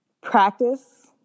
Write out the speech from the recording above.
practice